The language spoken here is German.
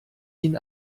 ihn